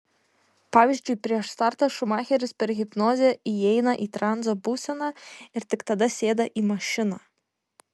pavyzdžiui prieš startą šumacheris per hipnozę įeina į transo būseną ir tik tada sėda į mašiną